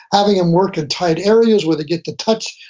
having them work in tight areas where they get the touch,